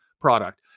product